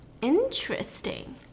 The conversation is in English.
interesting